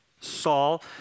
Saul